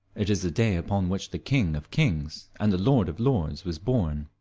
it is the day upon which the king of kings and the lord of lords was born.